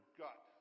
gut